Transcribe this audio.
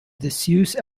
disuse